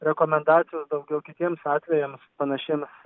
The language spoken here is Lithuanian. rekomendacijos daugiau kitiems atvejams panašiems